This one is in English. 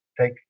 take –